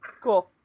cool